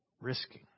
Risking